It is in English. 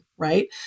right